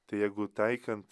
tai jegu taikant